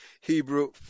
Hebrew